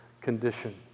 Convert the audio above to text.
condition